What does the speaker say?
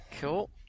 Cool